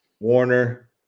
Warner